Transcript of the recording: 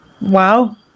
wow